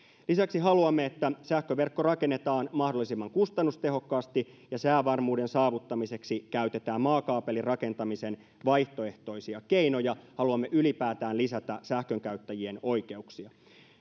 lisäksi haluamme että sähköverkko rakennetaan mahdollisimman kustannustehokkaasti ja säävarmuuden saavuttamiseksi käytetään maakaapelirakentamisen vaihtoehtoisia keinoja haluamme ylipäätään lisätä sähkönkäyttäjien oikeuksia